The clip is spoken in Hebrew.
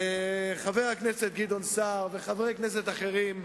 חבר הכנסת גדעון סער וחברי כנסת אחרים,